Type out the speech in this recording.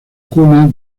cuna